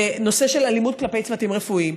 חקיקה בנושא של אלימות כלפי צוותים רפואיים.